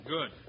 Good